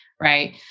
right